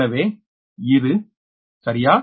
எனவே இது சரியா